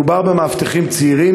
מדובר במאבטחים צעירים,